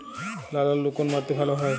লাল আলু কোন মাটিতে ভালো হয়?